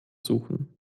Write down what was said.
suchen